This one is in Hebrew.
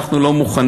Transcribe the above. אנחנו לא מוכנים.